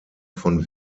von